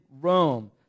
Rome